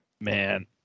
man